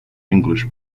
english